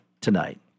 tonight